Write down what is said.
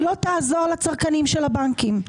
היא לא תעזור לצרכנים של הבנקים.